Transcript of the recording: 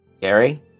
Gary